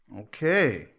Okay